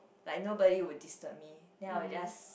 like nobody would disturb me then I would just